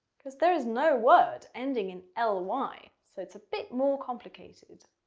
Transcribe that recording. because there is no word ending in ly, so it's a bit more complicated.